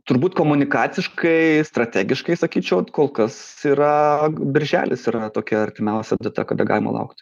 turbūt komunikaciškai strategiškai sakyčiau kol kas yra birželis yra tokia artimiausia data kada galima laukt